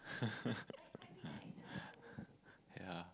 yeah